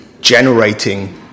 generating